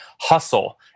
hustle